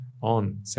on